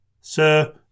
Sir